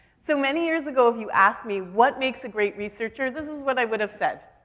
so many years ago, if you asked me what makes a great researcher? this is what i would have said.